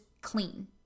clean